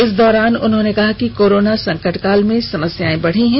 इस दौरान उन्होंने कहा कि कोरोना संकटकाल में समस्याएं बढ़ी है